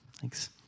Thanks